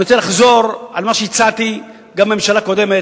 אני רוצה לחזור על מה שהצעתי גם בממשלה הקודמת.